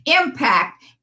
impact